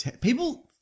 People